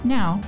Now